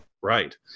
Right